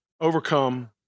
Overcome